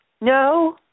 No